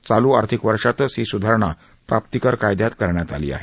चालू आर्थिक वर्षातच ही सुधारणा प्राप्तीकर कायद्यात करण्यात आली आहे